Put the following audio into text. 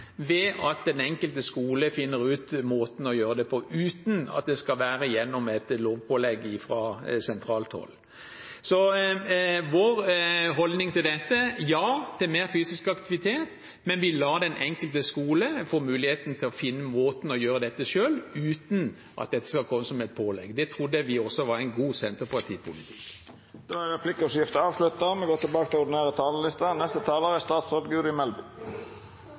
ved at den enkelte skole finner ut måten å gjøre det på, uten at det skal være gjennom et lovpålegg fra sentralt hold. Så vår holdning til dette er ja til mer fysisk aktivitet, men vi lar den enkelte skole få muligheten til å finne måten å gjøre dette på selv, uten at det skal komme som et pålegg. Det trodde vi også var god senterpartipolitikk. Replikkordskiftet er omme. En god utdanning er nøkkelen for å lykkes. Dersom folk får utnyttet sine evner og